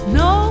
no